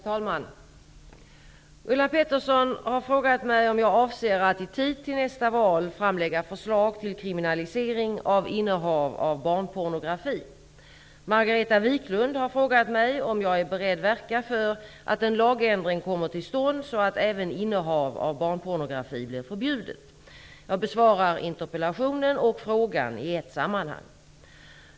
Herr talman! Ulla Pettersson har frågat mig om jag avser att i tid till nästa val framlägga förslag till kriminalisering av innehav av barnpornografi. Margareta Viklund har frågat mig om jag är beredd verka för att en lagändring kommer till stånd så att även innehav av barnpornografi blir förbjudet. Jag besvarar interpellationen och frågan i ett sammanhang.